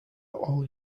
all